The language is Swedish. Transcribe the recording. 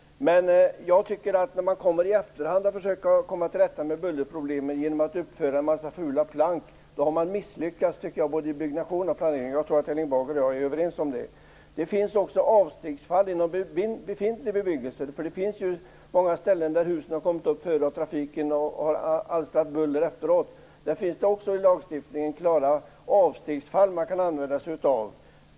Men när man i efterhand försöker komma till rätta med bullerproblemen genom att uppföra fula plank har man misslyckats med både planering och byggnation. Det tror jag att Erling Bager och jag är överens om. Det finns också avstegsfall inom befintlig bebyggelse. Det finns många ställen där husen uppförts innan trafiken kommit att alstra buller. Det finns i lagstiftningen klara avstegsfall som kan tillämpas.